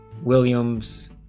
Williams